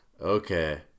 Okay